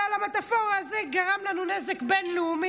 אבל במטפורה הזו הוא גרם לנו נזק בין-לאומי,